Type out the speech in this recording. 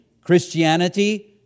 Christianity